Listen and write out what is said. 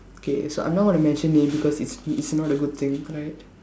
K so I'm not going to mention name because it's it's not a good thing correct